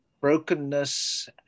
brokenness